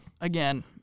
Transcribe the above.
again